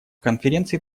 конференции